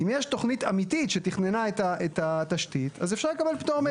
אם יש תכנית אמיתית שתכננה את התשתית אז אפשר לקבל פטור מהיתר.